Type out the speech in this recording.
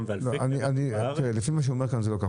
ואלפי כלי רכב בארץ --- לפי מה שהוא אומר כאן זה לא כך.